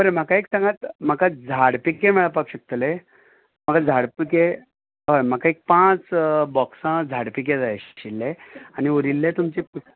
बरें म्हाका एक सांगात म्हाका झाड पिके मेळपाक शकतले म्हाका झाड पिके हय म्हाका एक पांच बोक्सां झाड पिके जाय आशिल्ले आनी उरिल्ले तुमचे पिक